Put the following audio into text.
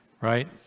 Right